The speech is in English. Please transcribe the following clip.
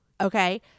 Okay